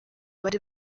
bari